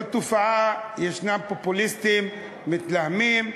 תראה, זאת תופעה, יש פופוליסטים, מתלהמים: